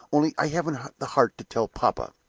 only i haven't the heart to tell papa.